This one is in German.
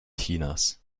chinas